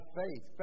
faith